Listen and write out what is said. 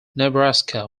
nebraska